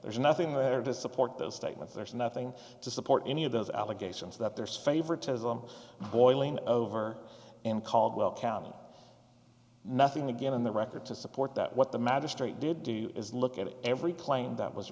there's nothing there to support that statement there's nothing to support any of those allegations that there's favoritism boiling over in caldwell county nothing again in the record to support that what the magistrate did do is look at it every claim that was